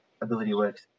AbilityWorks